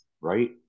Right